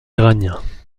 iraniens